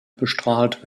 bestrahlt